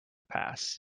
pass